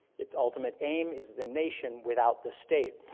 its ultimate aim is the nation without the state.